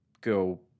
Go